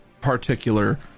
particular